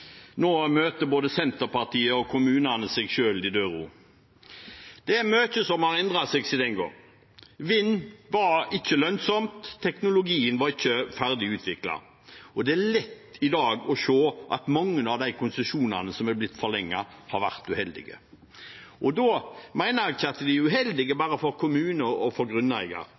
Nå møter både Senterpartiet og kommunene seg selv i døra. Det er mye som har endret seg siden den gang. Vind var ikke lønnsomt, teknologien var ikke ferdig utviklet, og det er lett i dag å se at mange av de konsesjonene som er blitt forlenget, har vært uheldige. Da mener jeg ikke at de er uheldige bare for kommuner og for grunneiere